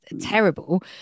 terrible